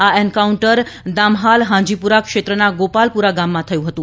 આ એન્કાઉન્ટર દામહાલ હાંજીપુરા ક્ષેત્રના ગોપાલપુરા ગામમાં થયું હતું